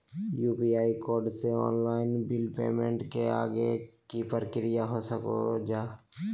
UPI code से online bill payment के आगे के प्रक्रिया का हो सके ला?